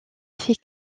faits